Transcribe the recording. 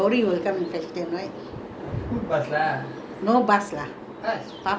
last time how they go to school your sisters' children all lorry will come and fetch them right